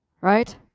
right